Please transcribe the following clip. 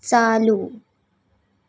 चालू